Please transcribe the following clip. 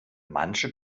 manche